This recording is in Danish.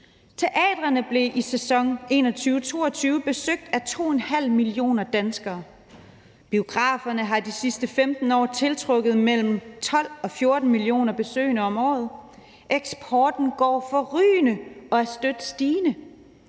teatrene blev i sæsonen 2021-2022 besøgt af 2½ millioner danskere, biograferne har de sidste 15 år tiltrukket mellem 12 og 14 millioner besøgende om året, eksporten går forrygende og er støt stigende.